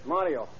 Mario